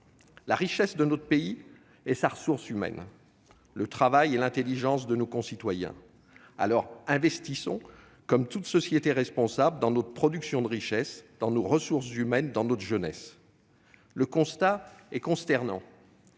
La richesse de notre pays est sa ressource humaine : le travail et l'intelligence de nos concitoyens. Alors, investissons, comme toute société responsable, dans notre production de richesse, dans nos ressources humaines, dans notre jeunesse. Le constat est consternant